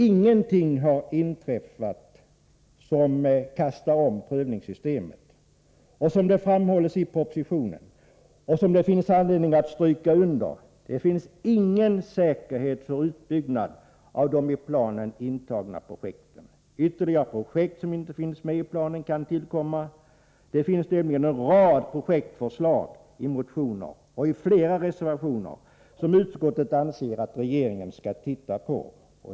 Ingenting har inträffat som kastar om prövningssystemet. Som det framhålls i propositionen — och som det finns anledning att stryka under — finns det ingen säkerhet för utbyggnad av de i planen intagna projekten. Ytterligare projekt som inte finns med i planen kan tillkomma. Det finns nämligen en rad projektförslag i motioner — och i flera reservationer — som utskottet anser att regeringen skall titta på.